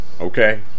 Okay